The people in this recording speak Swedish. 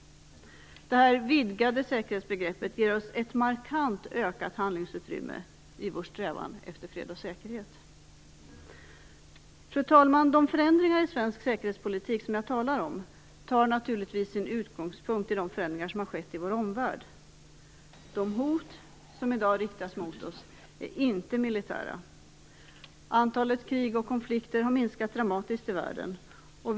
Det här vidgade säkerhetsbegreppet ger oss ett markant ökat handlingsutrymme i vår strävan efter fred och säkerhet. Fru talman! De förändringar i svensk säkerhetspolitik som jag talar om tar naturligtvis sin utgångspunkt i de förändringar som skett i vår omvärld. De hot som i dag riktas mot oss är inte militära. Antalet krig och konflikter i världen har minskat dramatiskt.